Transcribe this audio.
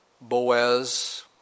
Boaz